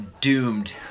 doomed